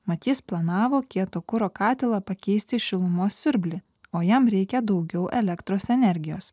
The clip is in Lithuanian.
mat jis planavo kieto kuro katilą pakeisti šilumos siurblį o jam reikia daugiau elektros energijos